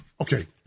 Okay